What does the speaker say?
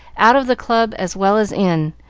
out of the club as well as in,